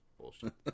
bullshit